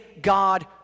God